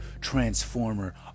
transformer